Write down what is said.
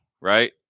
right